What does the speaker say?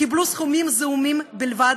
קיבלו סכומים זעומים בלבד,